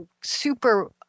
super